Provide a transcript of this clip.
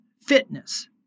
fitness